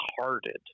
hearted